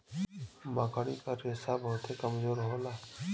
मकड़ी क रेशा बहुते कमजोर होला